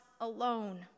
alone